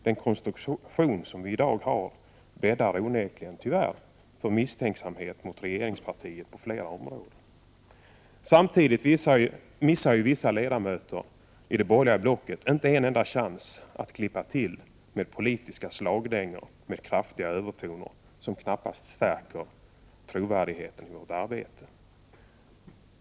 Den konstruktion som vi i dag har bäddar tyvärr onekligen för misstänksamhet mot regeringspartiet på flera områden. Samtidigt missar vissa ledamöter i det borgerliga blocket inte en enda chans att klippa till med politiska slagdängor med kraftiga övertoner, som knappast stärker trovärdigheten i vårt arbete.